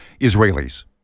Israelis